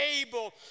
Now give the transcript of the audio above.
able